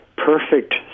perfect